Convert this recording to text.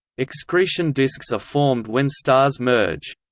excretion disks are formed when stars merge.